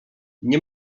nie